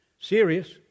Serious